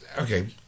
okay